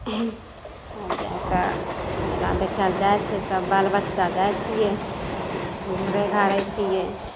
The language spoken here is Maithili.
तब जा कऽ मेला देखै लए जाइ छै सभ बाल बच्चा जाइ छियै घुरै घारै छियै